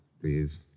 please